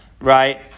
right